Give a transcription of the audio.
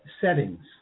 settings